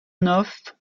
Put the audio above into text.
neuf